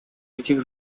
этих